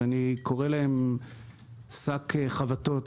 אני קורא להם שק חבטות,